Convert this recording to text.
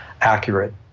accurate